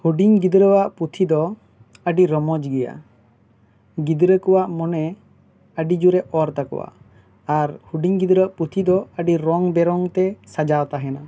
ᱦᱩᱰᱤᱧ ᱜᱤᱫᱽᱨᱟᱹᱣᱟᱜ ᱯᱩᱛᱷᱤ ᱫᱚ ᱟᱹᱰᱤ ᱨᱚᱢᱚᱡᱽ ᱜᱮᱭᱟ ᱜᱤᱫᱽᱨᱟᱹ ᱠᱚᱣᱟᱜ ᱢᱚᱱᱮ ᱟᱹᱰᱤ ᱡᱚᱨ ᱮ ᱚᱨ ᱛᱟᱠᱚᱣᱟ ᱟᱨ ᱦᱩᱰᱤᱧ ᱜᱤᱫᱽᱨᱟᱹᱣᱟᱜ ᱯᱩᱛᱷᱤ ᱫᱚ ᱟᱹᱰᱤ ᱨᱚᱝ ᱵᱮᱨᱚᱝ ᱛᱮ ᱥᱟᱡᱟᱣ ᱛᱟᱦᱮᱱᱟ